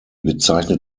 bezeichnet